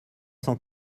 cent